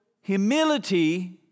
humility